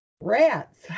rats